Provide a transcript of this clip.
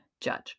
judge